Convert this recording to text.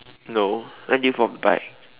no when did you fall off the bike